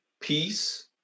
Peace